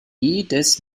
jedes